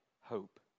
hope